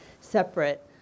separate